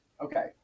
Okay